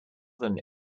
than